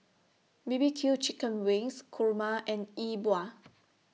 B B Q Chicken Wings Kurma and Yi Bua